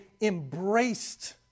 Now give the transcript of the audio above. embraced